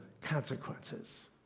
consequences